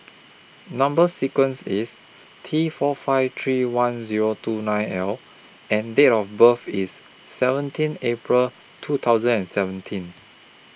Number sequence IS T four five three one Zero two nine L and Date of birth IS seventeen April two thousand and seventeen